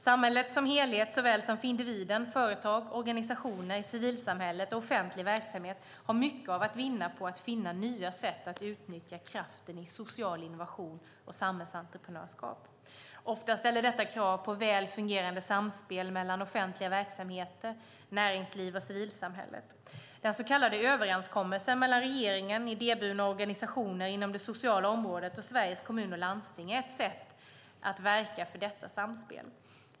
Samhället som helhet, såväl som individen, företag, organisationer i civilsamhället och offentlig verksamhet har mycket att vinna på att finna nya sätt att utnyttja kraften i social innovation och samhällsentreprenörskap. Ofta ställer detta krav på väl fungerande samspel mellan offentliga verksamheter, näringsliv och civilsamhälle. Den så kallade Överenskommelsen mellan regeringen, idéburna organisationer inom det sociala området och Sveriges Kommuner och Landsting är ett sätt att verka för detta samspel.